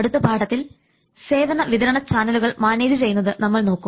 അടുത്ത പാഠത്തിൽ സേവന വിതരണ ചാനലുകൾ മാനേജ് ചെയ്യുന്നത് നമ്മൾ നോക്കും